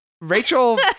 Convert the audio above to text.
Rachel